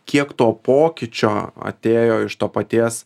kiek to pokyčio atėjo iš to paties